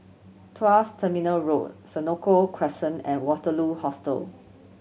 Tuas Terminal Road Senoko Crescent and Waterloo Hostel